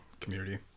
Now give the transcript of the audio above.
community